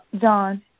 John